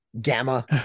Gamma